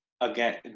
again